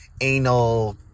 anal